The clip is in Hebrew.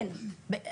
כן,